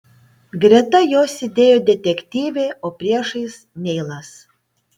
greta jo sėdėjo detektyvė o priešais neilas